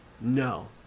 No